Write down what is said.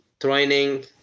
training